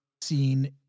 seen